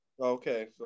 Okay